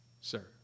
sir